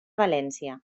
valència